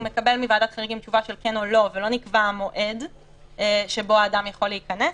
שמקבל תשובה מוועדת חריגים ולא נקבע מועד שבו האדם יכול להיכנס,